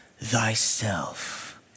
thyself